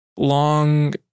long